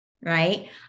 right